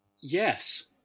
Yes